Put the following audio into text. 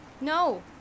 No